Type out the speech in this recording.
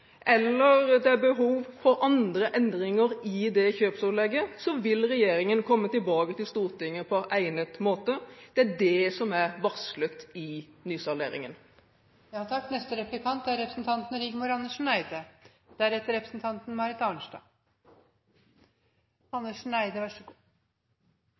eller at det er behov for andre endringer i det kjøpsopplegget, vil regjeringen komme tilbake til Stortinget på egnet måte. Det er det som er varslet i